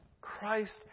Christ